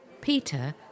Peter